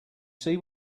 see